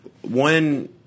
one